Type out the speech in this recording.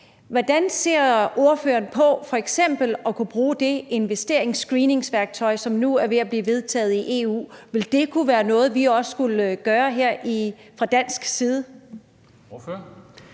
Hvordan ser ordføreren på f.eks. at kunne bruge det investeringsscreeningsværktøj, som nu er ved at blive vedtaget i EU? Ville det være noget, vi også kunne gøre her fra dansk side?